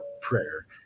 prayer